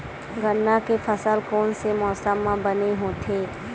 गन्ना के फसल कोन से मौसम म बने होथे?